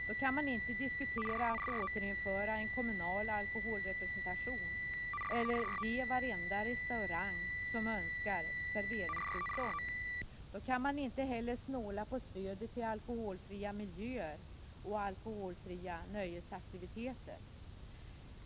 Då kan man inte diskutera ett återinförande av en kommunal alkoholrepresentation eller ge varenda restaurang som så önskar serveringstillstånd. Då kan man inte heller snåla på stödet till alkoholfria miljöer och alkoholfria nöjesaktiviteter.